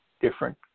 different